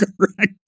Correct